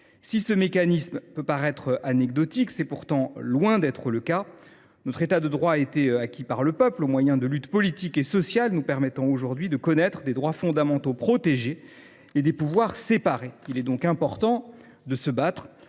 le mécanisme de purge des nullités est loin d’être anecdotique. Notre État de droit a été acquis par le peuple au moyen de luttes politiques et sociales nous permettant aujourd’hui de connaître des droits fondamentaux protégés et des pouvoirs séparés. Il est important de se battre